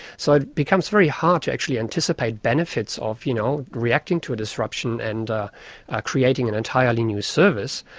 so it becomes very hard to actually anticipate benefits of you know reacting to a disruption and creating an entirely new service,